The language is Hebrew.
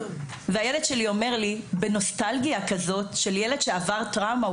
והילד שלי אומר לי בנוסטלגיה כזאת של ילד שעבר טראומה,